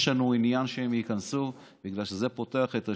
יש לנו עניין שהם ייכנסו, בגלל שזה פותח את השוק.